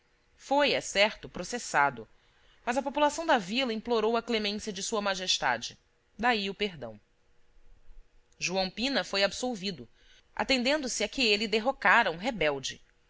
foi é certo processado mas a população da vila implorou a clemência de sua majestade daí o perdão joão pina foi absolvido atendendo se a que ele derrocara um rebelde